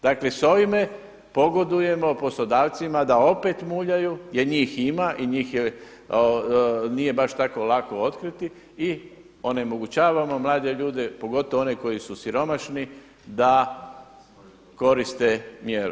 Dakle sa ovime pogodujemo poslodavcima da opet muljaju, jer njih ima i njih nije baš tako lako otkriti i onemogućavamo mlade ljude, pogotovo one koji su siromašni da koriste mjeru.